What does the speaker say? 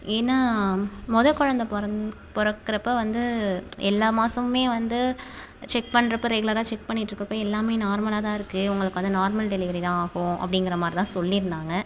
ஏன்னா மொதக்குழந்த பிறந் பிறக்குறப்ப வந்து எல்லா மாதமுமே வந்து செக் பண்றப்போ ரெகுலராக செக் பண்ணிவிட்டு இருக்கப்போ எல்லாமே நார்மலாக தான் இருக்கு உங்களுக்கு வந்து நார்மல் டெலிவரி தான் ஆகும் அப்படிங்கிறமாரி தான் சொல்லிருந்தாங்க